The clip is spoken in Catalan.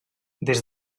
des